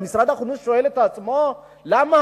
משרד החינוך שואל את עצמו למה